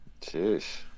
Jeez